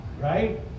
Right